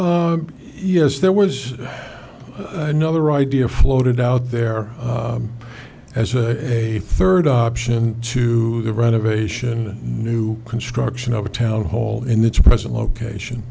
it yes there was another idea floated out there as a third option to the renovation new construction of a town hall in its present location